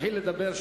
תתחיל לדבר.